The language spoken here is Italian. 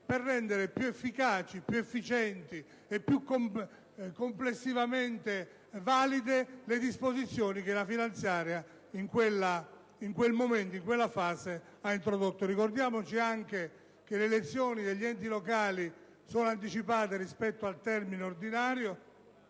per rendere più efficaci, efficienti e complessivamente valide le disposizioni che la finanziaria in quella fase ha introdotto. Ricordiamoci anche che le elezioni degli enti locali sono state anticipate rispetto al termine ordinario,